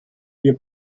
wir